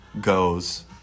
goes